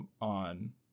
on